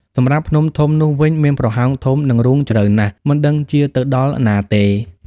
សម្រាប់ភ្នំធំនោះវិញមានប្រហោងធំ និងរូងជ្រៅណាស់ មិនដឹងជាទៅដល់ណាទេ។